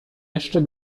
jeszcze